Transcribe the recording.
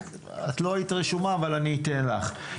את לא היית רשומה, אבל אני אתן לך.